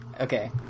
Okay